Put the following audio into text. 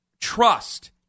trust